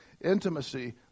intimacy